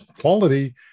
quality